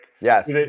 Yes